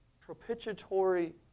propitiatory